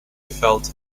felt